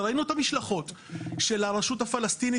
וראינו את המשלחות של הרשות הפלסטינית